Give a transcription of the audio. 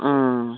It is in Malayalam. ആ ആ ആ